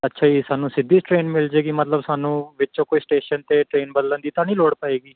ਅੱਛਾ ਜੀ ਸਾਨੂੰ ਸਿੱਧੀ ਟ੍ਰੇਨ ਮਿਲ ਜੇਗੀ ਮਤਲਬ ਸਾਨੂੰ ਵਿੱਚੋਂ ਕੋਈ ਸਟੇਸ਼ਨ 'ਤੇ ਟ੍ਰੇਨ ਬਦਲਣ ਦੀ ਤਾਂ ਨਹੀਂ ਲੋੜ ਪਏਗੀ